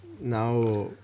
Now